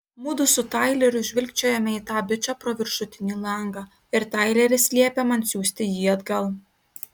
mudu su taileriu žvilgčiojame į tą bičą pro viršutinį langą ir taileris liepia man siųsti jį atgal